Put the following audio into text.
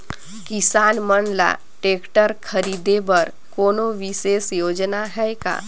किसान मन ल ट्रैक्टर खरीदे बर कोनो विशेष योजना हे का?